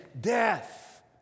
death